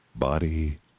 Body